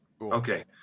Okay